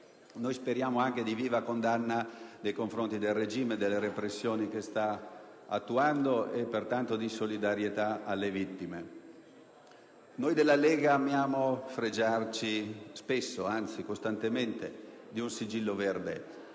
speriamo anche di viva condanna del regime e della repressione che sta attuando e pertanto di solidarietà alle vittime. Noi della Lega amiamo fregiarci spesso, anzi costantemente, di un sigillo verde;